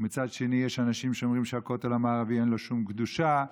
ומצד שני יש אנשים שאומרים שלכותל המערבי אין שום קדושה.